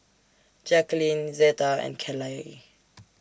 Jacqulyn Zeta and Kaley